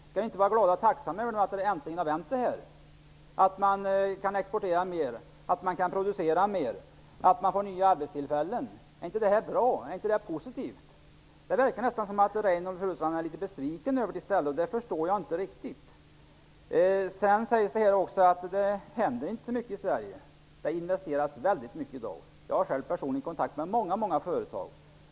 Skall vi inte vara glada och tacksamma över att det äntligen har vänt och att Sverige kan producera och exportera mer och att nya arbetstillfällen ges? Är det inte bra? Är det inte positivt? Det verkar nästan som att Reynoldh Furustrand i stället är litet besviken över situationen, och det förstår jag inte riktigt. Det sägs vidare att det inte händer så mycket i Sverige. Men det investeras väldigt mycket i Sverige i dag; jag har själv personlig kontakt med många företag.